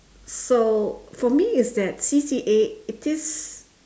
so for me is that C_C_A it is